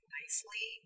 nicely